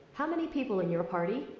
how many people in your party.